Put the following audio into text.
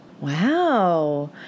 Wow